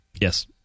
Yes